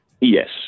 Yes